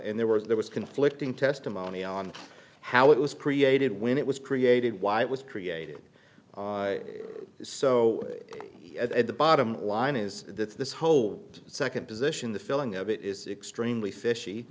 and there was there was conflicting testimony on how it was created when it was created why it was created so at the bottom line is that this whole second position the feeling of it is extremely fishy